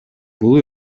бул